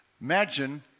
Imagine